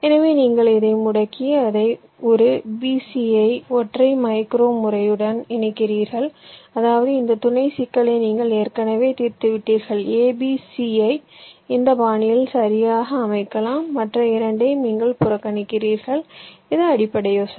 எனவே நீங்கள் இதை முடக்கி இதை ஒரு b c ஐ ஒற்றை மைக்ரோ முனையுடன் இணைக்கிறீர்கள் அதாவது இந்த துணை சிக்கலை நீங்கள் ஏற்கனவே தீர்த்துவிட்டீர்கள் a b c ஐ இந்த பாணியில் சரியாக அமைக்கலாம் மற்ற இரண்டையும் நீங்கள் புறக்கணிக்கிறீர்கள் இது அடிப்படை யோசனை